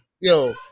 yo